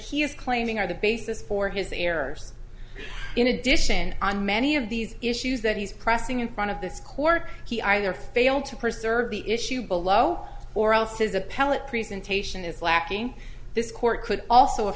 he is claiming are the basis for his errors in addition on many of these issues that he's pressing in front of this court he either failed to preserve the issue below or else says appellate presentation is lacking this court could also